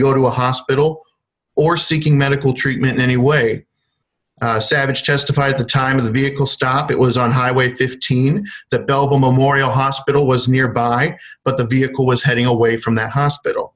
go to a hospital or seeking medical treatment anyway savage testified at the time of the vehicle stop it was on highway fifteen that double memorial hospital was nearby but the vehicle was heading away from the hospital